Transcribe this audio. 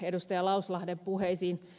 lauslahden puheisiin